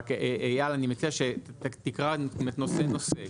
רק אייל, אני מציע שתקרא נושא נושא.